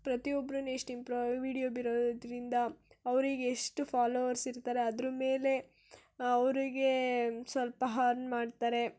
ಪ್ರತಿಯೊಬ್ರೂ ಎಷ್ಟು ಇಂಪ್ರೂವ್ ಆಗಿ ವೀಡಿಯೋ ಬಿಡೋದ್ರಿಂದ ಅವರಿಗೆ ಎಷ್ಟು ಫಾಲೋವರ್ಸ್ ಇರ್ತಾರೆ ಅದ್ರ ಮೇಲೆ ಅವರಿಗೆ ಸ್ವಲ್ಪ ಹರ್ನ್ ಮಾಡ್ತಾರೆ